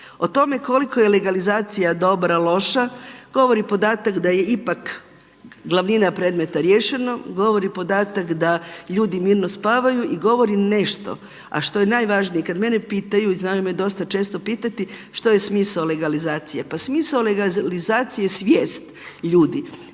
O tome koliko je legalizacija dobra, loša govori podatak da je ipak glavnina predmeta riješeno, govori podatak da ljudi mirno spavaju i govori nešto, a što je najvažnije kada mene pitaju i znaju me dosta često pitati što je smisao legalizacije. Pa smisao legalizacije je svijest ljudi.